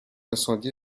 incendié